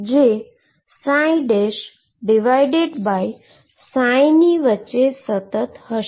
જે ની વચ્ચે સતત હશે